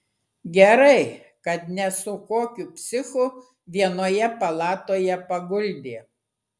gerai kad ne su kokiu psichu vienoje palatoje paguldė